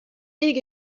big